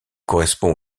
correspond